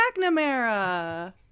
mcnamara